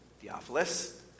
Theophilus